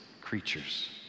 creatures